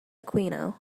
aquino